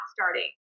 starting